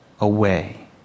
away